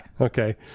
Okay